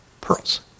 pearls